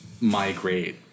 migrate